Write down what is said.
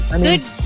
Good